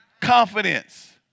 confidence